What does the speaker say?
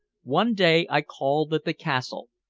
one day i called at the castle,